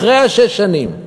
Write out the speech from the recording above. אחרי שש שנים,